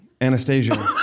Anastasia